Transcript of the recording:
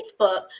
Facebook